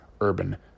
urban